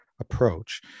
approach